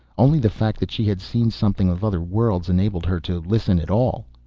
only the fact that she had seen something of other worlds enabled her to listen at all.